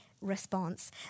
response